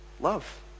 Love